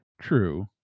True